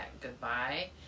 goodbye